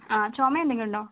ആ ചുമ എന്തെങ്കിലുമുണ്ടോ